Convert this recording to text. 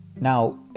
Now